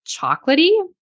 chocolatey